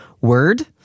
word